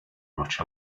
much